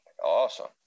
Awesome